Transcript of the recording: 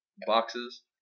boxes